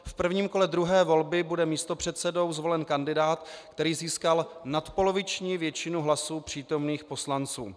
V prvním kole druhé volby bude místopředsedou zvolen kandidát, který získal nadpoloviční většinu hlasů přítomných poslanců.